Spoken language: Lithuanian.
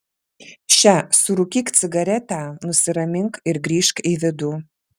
še surūkyk cigaretę nusiramink ir grįžk į vidų